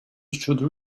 should